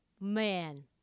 Man